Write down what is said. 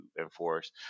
enforce